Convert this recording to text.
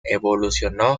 evolucionó